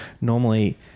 normally